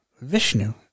Vishnu